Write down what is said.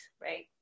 right